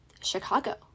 Chicago